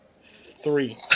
Three